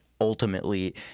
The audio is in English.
ultimately